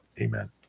Amen